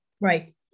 right